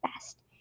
best